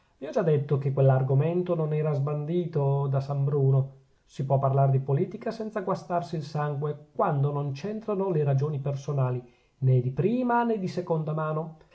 vi ho già detto che quell'argomento non era sbandito da san bruno si può parlar di politica senza guastarsi il sangue quando non c'entrano le ragioni personali nè di prima nè di seconda mano